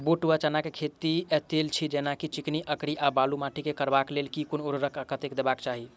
बूट वा चना केँ खेती, तेल छी जेना की चिकनी, अंकरी आ बालू माटि मे करबाक लेल केँ कुन उर्वरक आ कतेक देबाक चाहि?